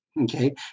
Okay